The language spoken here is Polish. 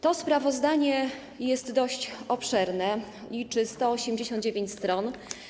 To sprawozdanie jest dość obszerne, liczy 189 stron.